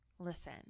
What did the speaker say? Listen